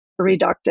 reductive